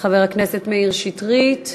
חבר הכנסת מאיר שטרית,